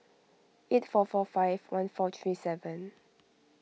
eight four four five one four three seven